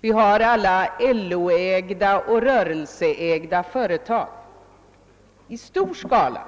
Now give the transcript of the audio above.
Vi har alla LO-ägda och rörelseägda företag i stor skala: